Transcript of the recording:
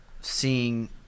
seeing